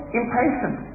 impatient